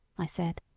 i said,